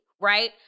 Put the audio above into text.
right